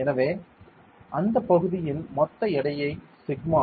எனவே அந்தப் பகுதியின் மொத்த எடையை சிக்மா